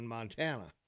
Montana